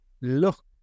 look